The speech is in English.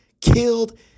killed